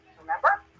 Remember